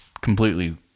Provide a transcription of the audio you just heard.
completely